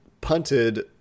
punted